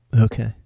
Okay